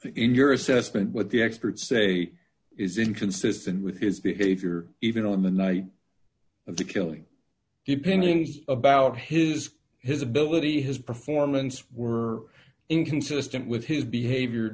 in your assessment what the experts say is inconsistent with his behavior even on the night of the killing the opinions about his his ability his performance were inconsistent with his behavior